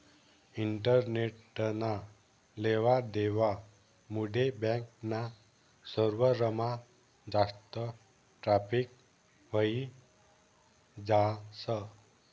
इंटरनेटना लेवा देवा मुडे बॅक ना सर्वरमा जास्त ट्रॅफिक व्हयी जास